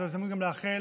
זאת גם הזדמנות לאחל